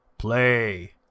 PLAY